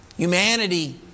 Humanity